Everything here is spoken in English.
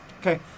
Okay